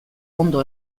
ondo